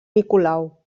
nicolau